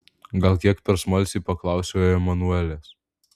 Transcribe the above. gal kiek per smalsiai paklausiau emanuelės